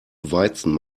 weizen